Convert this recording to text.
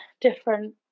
different